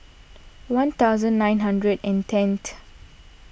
one thousand nine hundred and tenth